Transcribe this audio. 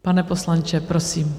Pane poslanče, prosím.